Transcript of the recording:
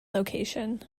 location